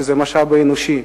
שזה המשאב האנושי.